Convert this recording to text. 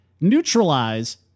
neutralize